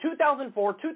2004